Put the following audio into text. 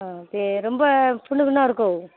ஆ பெ ரொம்ப புழுவுலாம் இருக்கோ